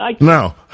Now